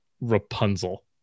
Rapunzel